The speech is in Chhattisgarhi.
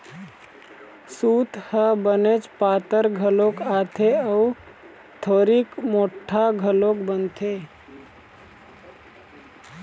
सूत ह बनेच पातर घलोक आथे अउ थोरिक मोठ्ठा घलोक बनथे